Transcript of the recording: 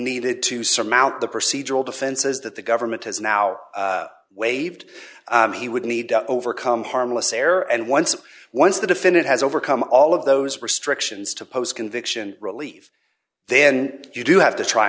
needed to surmount the procedural defenses that the government has now waived he would need to overcome harmless error and once once the defendant has overcome all of those restrictions to post conviction relief then you do have to try